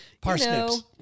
parsnips